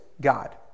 God